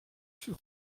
sur